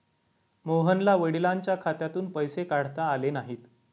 मोहनला वडिलांच्या खात्यातून पैसे काढता आले नाहीत